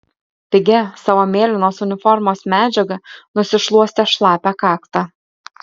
pigia savo mėlynos uniformos medžiaga nusišluostė šlapią kaktą